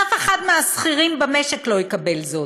אף אחד מהשכירים במשק לא יקבל זאת.